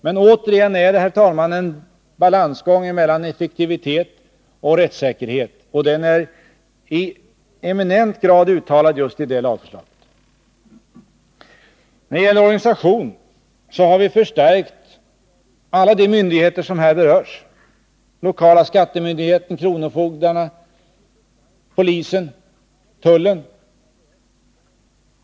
Men återigen är det, herr talman, en balansgång mellam effektivitet och rättssäkerhet, och den är i eminent grad uttalad i det lagförslaget. När det gäller organisationen har alla de myndigheter som här berörs förstärkts: lokala skattemyndigheterna, kronofogdarna, polisen, tullen.